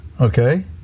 okay